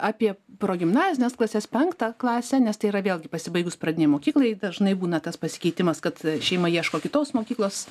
apie progimnazines klases penktą klasę nes tai yra vėlgi pasibaigus pradinei mokyklai dažnai būna tas pasikeitimas kad šeima ieško kitos mokyklos